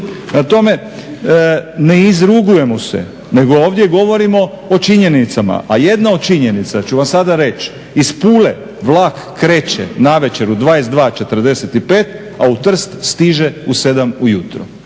tome, ne izrugujemo se nego ovdje govorimo o činjenicama, a jedna od činjenica ću vam sada reći iz Pule vlak kreće navečer u 22,45 a u Trst stiže u 7 ujutro.